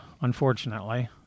unfortunately